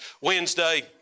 Wednesday